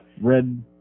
Red